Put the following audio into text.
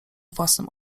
własnym